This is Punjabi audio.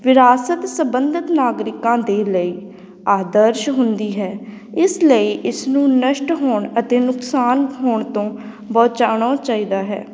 ਵਿਰਾਸਤ ਸੰਬੰਧਿਤ ਨਾਗਰਿਕਾਂ ਦੇ ਲਈ ਆਦਰਸ਼ ਹੁੰਦੀ ਹੈ ਇਸ ਲਈ ਇਸਨੂੰ ਨਸ਼ਟ ਹੋਣ ਅਤੇ ਨੁਕਸਾਨ ਹੋਣ ਤੋਂ ਬਚਾਉਣਾ ਚਾਹੀਦਾ ਹੈ